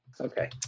Okay